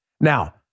Now